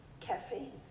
Caffeine